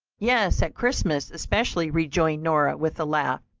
yes, at christmas especially, rejoined nora with a laugh.